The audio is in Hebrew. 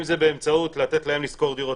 אם זה באמצעות לתת להם לשכור דירות.